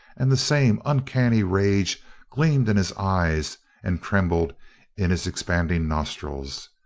and the same uncanny rage gleamed in his eyes and trembled in his expanding nostrils.